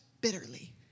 bitterly